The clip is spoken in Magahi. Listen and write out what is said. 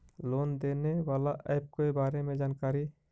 लोन देने बाला ऐप के बारे मे जानकारी?